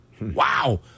Wow